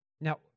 Now